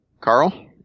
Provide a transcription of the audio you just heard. Carl